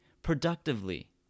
productively